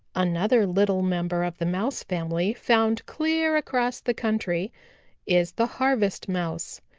another little member of the mouse family found clear across the country is the harvest mouse.